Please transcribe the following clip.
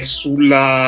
sulla